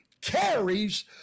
carries